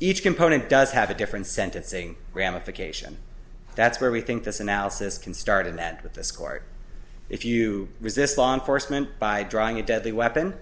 each component does have a different sentencing ramification that's where we think this analysis can start in that this court if you resist law enforcement by drawing a deadly weapon